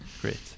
Great